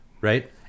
right